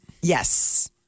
Yes